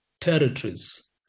territories